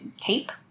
tape